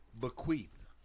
Bequeath